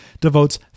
devotes